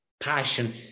passion